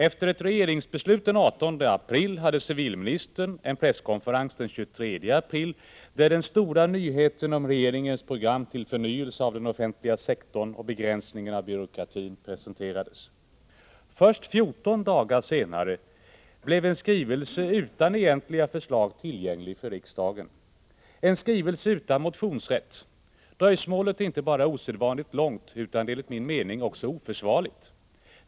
Efter ett regeringsbeslut den 18 april hade civilministern en presskonferens den 23 april, där den stora nyheten om regeringens program till förnyelse av den offentliga sektorn och begränsning av byråkratin presenterades. Först 14 dagar senare blev en skrivelse utan egentliga förslag tillgänglig för riksdagen, en skrivelse utan motionsrätt. Dröjsmålet är inte bara osedvanligt långt, utan det är enligt min mening också oförsvarligt.